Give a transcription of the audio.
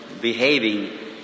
behaving